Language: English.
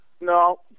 No